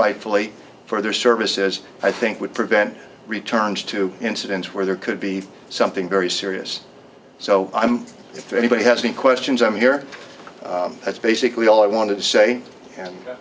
rightfully for their services i think would prevent returns to incidents where there could be something very serious so i'm anybody has any questions i'm here that's basically all i want to say